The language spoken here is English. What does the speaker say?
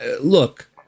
Look